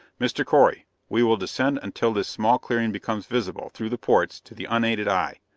mr. correy, we will descend until this small clearing becomes visible, through the ports, to the unaided eye.